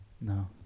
No